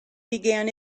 began